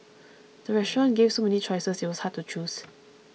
the restaurant gave so many choices that it was hard to choose